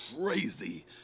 crazy